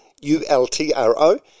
U-L-T-R-O